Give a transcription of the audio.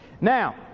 Now